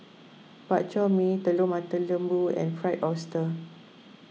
Bak Chor Mee Telur Mata Lembu and Fried Oyster